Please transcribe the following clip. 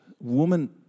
woman